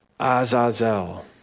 Azazel